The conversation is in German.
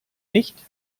nicht